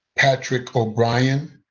patrick o'brian,